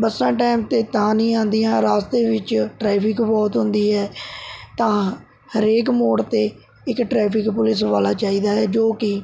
ਬੱਸਾਂ ਟਾਇਮ 'ਤੇ ਤਾਂ ਨਹੀ ਆਉਂਦੀਆਂ ਰਸਤੇ ਵਿੱਚ ਟ੍ਰੈਫਿਕ ਬਹੁਤ ਹੁੰਦੀ ਹੈ ਤਾਂ ਹਰੇਕ ਮੋੜ 'ਤੇ ਇੱਕ ਟ੍ਰੈਫਿਕ ਪੁਲਿਸ ਵਾਲਾ ਚਾਹੀਦਾ ਹੈ ਜੋ ਕਿ